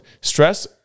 stress